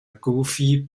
goofy